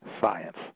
science